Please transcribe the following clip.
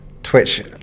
Twitch